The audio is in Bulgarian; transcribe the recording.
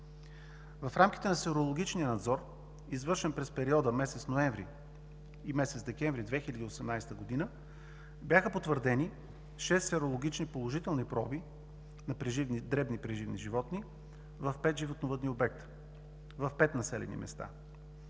В рамките на серологичния надзор, извършен през периода месец ноември и месец декември 2018 г., бяха потвърдени шест серологични положителни проби на дребни преживни животни в пет животновъдни обекта, в пет населени места,